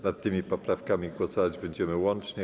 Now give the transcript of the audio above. Nad tymi poprawkami głosować będziemy łącznie.